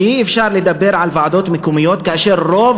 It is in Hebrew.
שאי-אפשר לדבר על ועדות מקומיות כאשר רוב